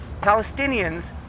Palestinians